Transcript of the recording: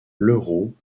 leroux